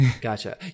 Gotcha